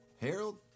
Harold